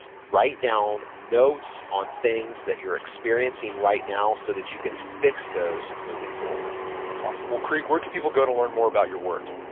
write down notes on things that you're experiencing right now so that you can fix those moving, forward awesome. well, creek, where could people go to learn more about your work